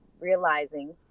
realizing